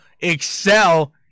excel